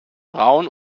braun